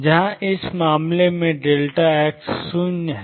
जहां इस मामले में x 0 है